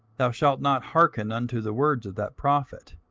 thou shalt not hearken unto the words of that prophet,